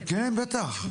כן, בטח.